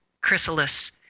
chrysalis